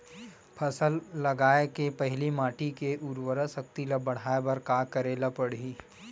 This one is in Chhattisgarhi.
फसल लगाय के पहिली माटी के उरवरा शक्ति ल बढ़ाय बर का करेला पढ़ही?